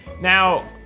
Now